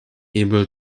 able